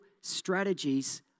strategies